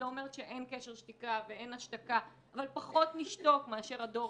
אני לא אומרת שאין קשר שתיקה ואין השתקה אבל פחות נשתוק מאשר הדור